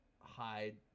hide